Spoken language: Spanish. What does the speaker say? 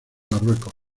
marruecos